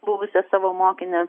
buvusią savo mokinę